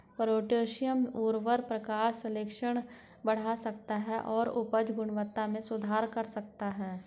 potassium उवर्रक प्रकाश संश्लेषण बढ़ा सकता है और उपज गुणवत्ता में सुधार कर सकता है